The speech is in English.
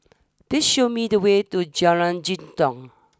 please show me the way to Jalan Jitong